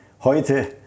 heute